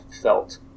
felt